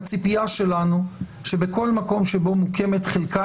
הציפייה שלנו היא שבכל מקום שבו מוקמת חלקה